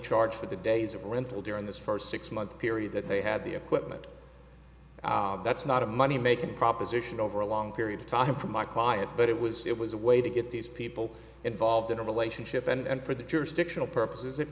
charge for the days or rental during this first six month period that they had the equipment that's not a money making proposition over a long period of time for my client but it was it was a way to get these people involved in a relationship and for the jurisdictional purposes it